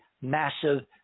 massive